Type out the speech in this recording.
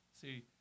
See